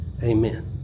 Amen